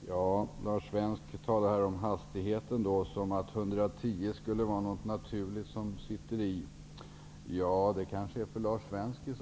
Herr talman! Lars Svensk talar här som om en hastighetsgräns vid 110 km i timmen skulle vara naturlig och inarbetad. Det kanske den är hos Lars Svensk, men